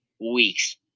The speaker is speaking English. weeks